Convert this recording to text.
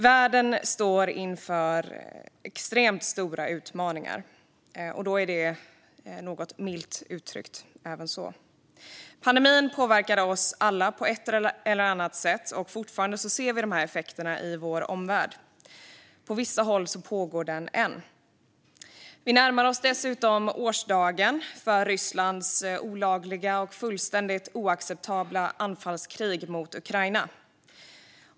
Världen står milt uttryckt inför extremt stora utmaningar. Pandemin påverkade oss alla på ett eller annat sätt, och vi ser fortfarande effekterna i vår omvärld. På vissa håll pågår den än. Vi närmar oss dessutom årsdagen för Rysslands olagliga och fullständigt oacceptabla anfallskrig mot Ukraina.